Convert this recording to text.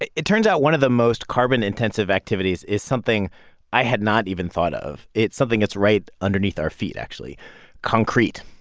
it it turns out one of the most carbon-intensive activities is something i had not even thought of. it's something that's right underneath our feet actually concrete.